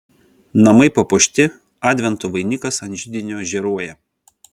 namai papuošti advento vainikas ant židinio žėruoja